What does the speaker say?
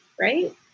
right